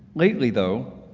lately though,